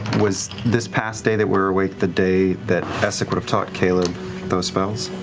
was this past day that we're awake the day that essek would have taught caleb those spells